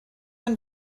ein